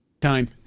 time